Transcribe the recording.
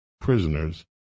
prisoners